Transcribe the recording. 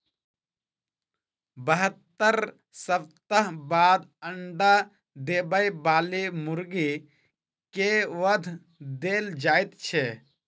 बहत्तर सप्ताह बाद अंडा देबय बाली मुर्गी के वध देल जाइत छै